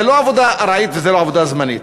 וזה לא עבודה ארעית וזה לא עבודה זמנית.